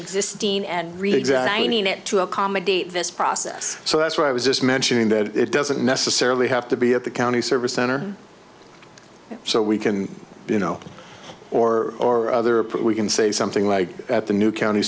reexamining it to accommodate this process so that's why i was just mentioning that it doesn't necessarily have to be at the county service center so we can you know or or other we can say something like at the new county